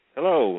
Hello